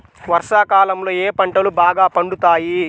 వర్షాకాలంలో ఏ పంటలు బాగా పండుతాయి?